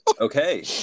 okay